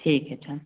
ठीक है सर